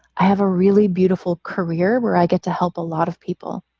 i have a really beautiful career where i get to help a lot of people.